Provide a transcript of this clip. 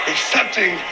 accepting